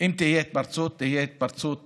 אם תהיה התפרצות, היא תהיה התפרצות